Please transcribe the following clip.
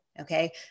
Okay